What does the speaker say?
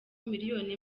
miliyoni